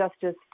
justice